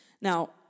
Now